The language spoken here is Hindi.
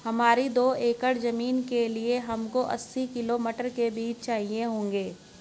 हमारी दो एकड़ की जमीन के लिए हमको अस्सी किलो मटर के बीज चाहिए होंगे